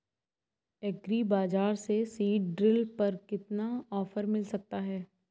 Agree बाजार से seed drill पर कितना ऑफर मिल सकता है?